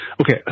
okay